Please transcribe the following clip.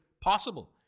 possible